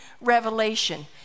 revelation